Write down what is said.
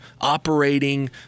operating